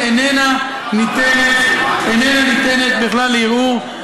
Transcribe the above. שאיננה ניתנת בכלל לערעור.